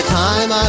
time